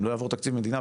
אם לא יעבור תקציב מדינה,